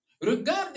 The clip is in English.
Regarde